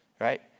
right